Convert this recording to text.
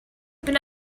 been